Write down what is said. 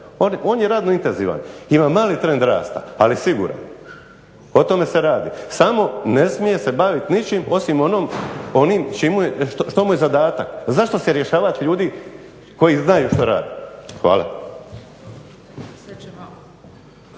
On je radno intenzivan, ima mali trend rasta ali siguran. O tome se radi. Samo ne smije se bavit ničim osim onim što mu je zadatak. Zašto se rješavat ljudi koji znaju što rade? Hvala.